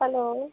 hello